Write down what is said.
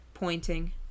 pointing